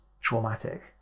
traumatic